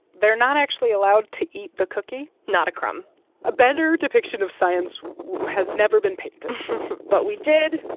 they're not actually allowed to eat the cookie? not a crumb a better depiction of science has never been painted but we did,